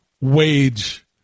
wage